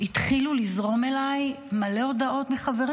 התחילו לזרום אליי מלא הודעות מחברים.